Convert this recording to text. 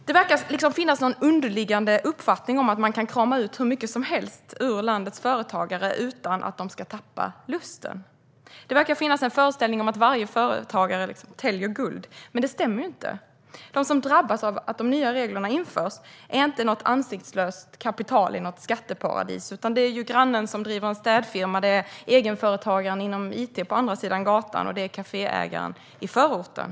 Det verkar finnas en underliggande uppfattning om att man kan krama ut hur mycket som helst ur landets företagare utan att de tappar lusten. Det verkar finnas en föreställning om att varje företagare täljer guld. Men detta stämmer inte. De som drabbas av de nya reglerna är inte något ansiktslöst kapital i ett skatteparadis. Det rör sig i stället om grannen som driver en städfirma, om egenföretagaren inom it på andra sidan gatan och om kaféägaren i förorten.